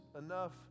enough